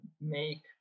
make